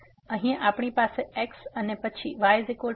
તેથી અહીં આપણી પાસે x અને પછી y mx છે